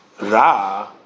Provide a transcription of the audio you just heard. Ra